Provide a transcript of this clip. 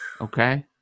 Okay